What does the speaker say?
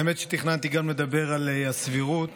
האמת שתכננתי לדבר גם על הסבירות